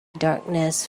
darkness